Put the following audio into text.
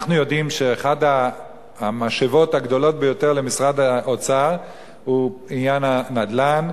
אנחנו יודעים שאחת המשאבות הגדולות ביותר למשרד האוצר היא עניין הנדל"ן.